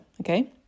okay